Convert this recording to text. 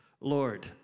Lord